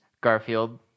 garfield